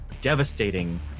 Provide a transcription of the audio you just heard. devastating